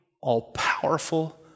all-powerful